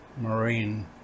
Marine